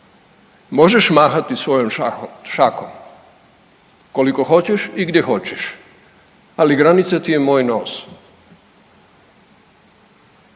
Možeš mahati svojom šakom koliko hoćeš i gdje hoćeš, ali granica ti je moj nos.